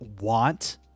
want